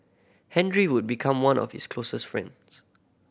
Henry would become one of his closest friends